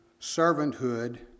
servanthood